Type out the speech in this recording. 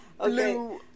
Okay